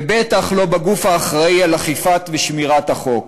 ובטח לא בגוף האחראי לאכיפה ולשמירת החוק.